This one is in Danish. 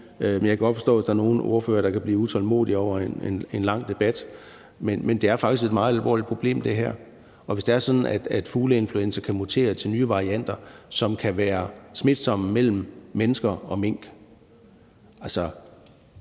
Jeg kan godt forstå det, hvis der er nogle ordførere, der kan blive utålmodige under en lang debat. Men det her er faktisk et meget alvorligt problem, og hvis det er sådan, at fugleinfluenza kan mutere til nye varianter, som kan være smitsomme mellem mennesker og mink,